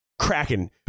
cracking